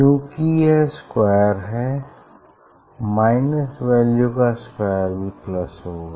क्यूंकि यह स्क्वायर है माइनस वैल्यू का स्क्वायर भी प्लस होगा